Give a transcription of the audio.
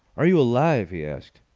are you alive? he asked.